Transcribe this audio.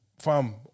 fam